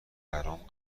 برام